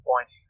point